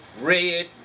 red